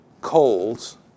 coals